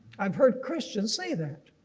i've heard christians say that.